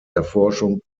erforschung